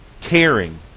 caring